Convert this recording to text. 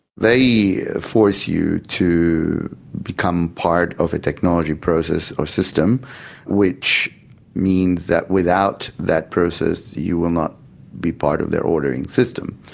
they yeah force you to become part of a technology process or system which means that without that process you will not be part of their ordering system.